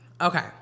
Okay